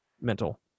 mental